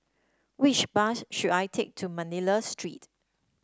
which bus should I take to Manila Street